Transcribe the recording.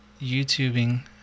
youtubing